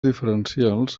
diferencials